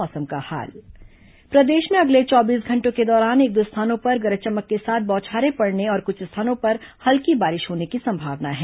मौसम प्रदेश में अगले चौबीस घंटों के दौरान एक दो स्थानों पर गरज चमक के साथ बौछारें पड़ने और कुछ स्थानों पर हल्की बारिश होने की संभावना है